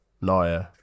Naya